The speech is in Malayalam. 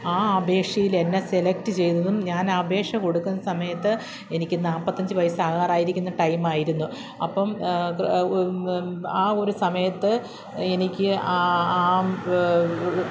ആ അപേക്ഷയിൽ എന്നെ സെലക്ട് ചെയ്തതും ഞാൻ അപേക്ഷ കൊടുക്കുന്ന സമയത്ത് എനിക്ക് നാൽപത്തഞ്ച് വയസ്സ് ആവാറായിരിക്കുന്ന ടൈമായിരുന്നു അപ്പം ആ ഒരു സമയത്ത് എനിക്ക് ആ ആ